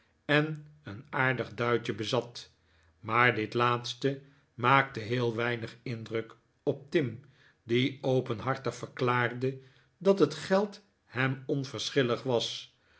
en een aardig duitje bezat maar dit laatste maakte heel weinig indruk op tim die openhartig verklaarde dat het geld hem onverschillig was